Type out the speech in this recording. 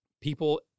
People